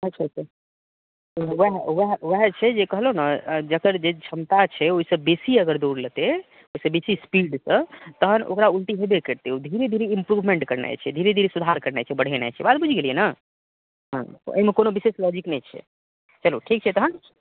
अच्छा अच्छा वएह वएह वएह छै जे कहलहुँ ने जकर जे क्षमता छै ओइसँ बेसी अगर दौड़ लेतै ओइसँ बेसी स्पीडसँ तहन ओकरा उल्टी हेबे करतै ओ धीरे धीरे इम्प्रूवमेन्ट करनाइ छै धीरे धीरे सुधार करनाइ छै बढ़ेनाय छै बात बुझि गेलियै ने हाँ तऽ अइमे कोनो विशेष लौजिक नहि छै चलू ठीक छै तहन